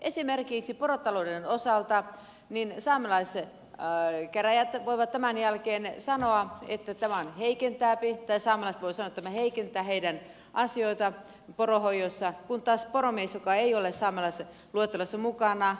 esimerkiksi porotalouden osalta saamelaiset voivat tämän jälkeen sanoa että tämä heikentää ei tee sama toiselle tämä heikentää heidän asioitansa poronhoidossa kun taas poromies joka ei ole saamelaisluettelossa mukana